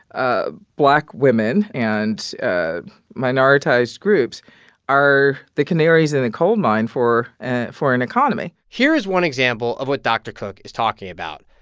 ah black women and minoritized groups are the canaries in the coal mine for and for an economy here is one example of what dr. cook is talking about.